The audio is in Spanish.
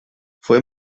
fue